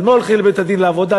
על מה הולכים לבית-הדין לעבודה?